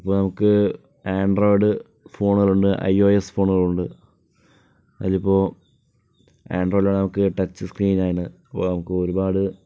ഇപ്പൊൾ നമുക്ക് ആൻഡ്രോയിഡ് ഫോണുകൾ ഉണ്ട് ഐഓസ് ഫോണുകളുണ്ട് അതിൽ ഇപ്പൊൾ ആൻഡ്രോയിഡുകളാണ് നമുക്ക് ഇപ്പൊൾ ടച്ച് സ്ക്രീനാണ് നമുക്ക് ഒരുപാട്